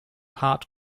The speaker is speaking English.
hard